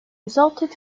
resulted